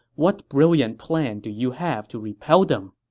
what brilliant plan do you have to repel them?